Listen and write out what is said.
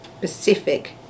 Pacific